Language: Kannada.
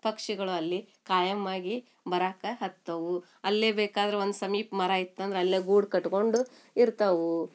ಪಕ್ಷಿಗಳು ಅಲ್ಲಿ ಕಾಯಮ್ಮಾಗಿ ಬರಾಕ ಹತ್ತವು ಅಲ್ಲೇ ಬೇಕಾದ್ರ ಒಂದು ಸಮೀಪ ಮರ ಇತ್ತಂದ್ರೆ ಅಲ್ಲೇ ಗೂಡು ಕಟ್ಕೊಂಡು ಇರ್ತವು